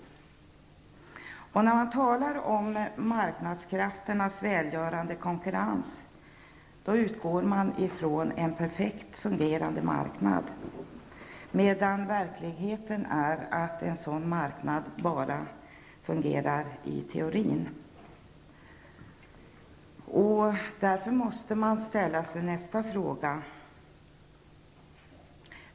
När man talar om marknadskrafternas välgörande konkurrens utgår man ifrån en perfekt fungerande marknad. En sådan marknad fungerar dock bara i teorin och inte i praktiken. Man måste därför ställa sig ytterligare en fråga.